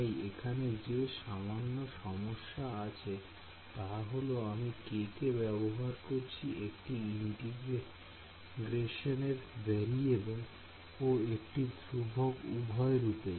তাই এখানে যে সামান্য সমস্যা আছে তা হল আমি k কে ব্যবহার করছি একটি ইন্টিগ্রেশন এর ভ্যারিয়েবেল ও একটি ধ্রুবক উভয় রূপেই